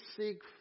seek